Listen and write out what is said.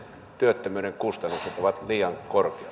työttömyyden kustannukset ovat liian korkeat